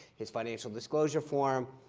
his financial disclosure form?